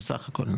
זה סך הכל,